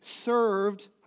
served